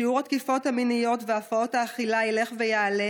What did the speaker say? שיעור התקיפות המיניות והפרעות האכילה ילך ויעלה,